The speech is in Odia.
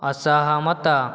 ଅସହମତ